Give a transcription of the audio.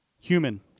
Human